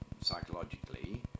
psychologically